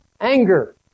anger